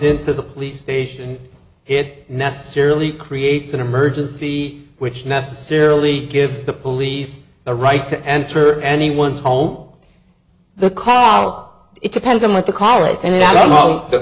into the police station it necessarily creates an emergency which necessarily gives the police a right to enter anyone's home the call it depends on what the